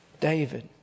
David